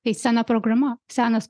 tai sena programa senas